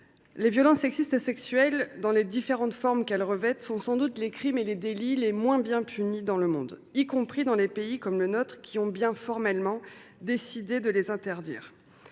les violences sexistes et sexuelles, dans les différentes formes qu’elles revêtent, sont sans doute les crimes et les délits les moins bien punis dans le monde, y compris dans les pays qui, comme le nôtre, ont choisi de les interdire